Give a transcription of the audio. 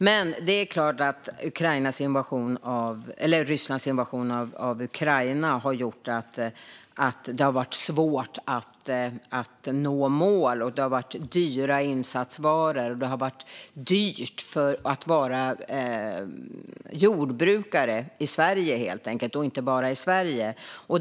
Men det är klart att Rysslands invasion av Ukraina har gjort att det har varit svårt att nå målen och att det har varit dyra insatsvaror. Det har varit dyrt att vara jordbrukare i Sverige, helt enkelt, och inte bara i Sverige.